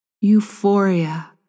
euphoria